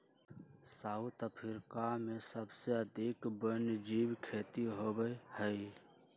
दक्षिण अफ्रीका में सबसे अधिक वन्यजीव खेती होबा हई